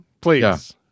please